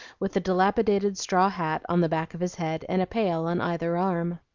with a dilapidated straw hat on the back of his head and a pail on either arm.